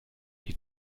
die